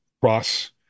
cross